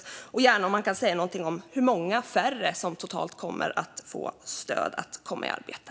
Han får gärna också säga något om hur många färre totalt som kommer att få stöd för att komma i arbete.